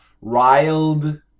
Riled